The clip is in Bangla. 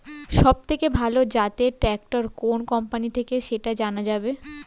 সবথেকে ভালো জাতের ট্রাক্টর কোন কোম্পানি থেকে সেটা জানা যাবে?